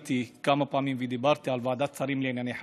כשעליתי כמה פעמים ודיברתי על ועדת שרים לענייני חקיקה,